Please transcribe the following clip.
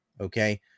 Okay